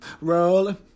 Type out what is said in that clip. Rolling